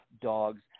dogs